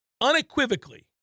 unequivocally